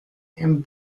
and